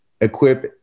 equip